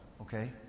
okay